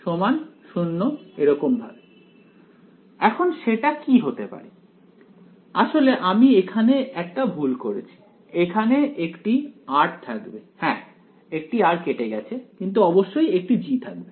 এখন সেটা কি হতে পারে আসলে আমি এখানে একটা ভুল করেছি এখানে একটি r থাকবে হ্যাঁ একটি r কেটে গেছে কিন্তু অবশ্যই একটি G থাকবে